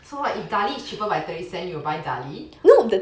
so what if darlie is cheaper by thirty cents you will buy darlie